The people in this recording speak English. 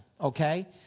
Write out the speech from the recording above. okay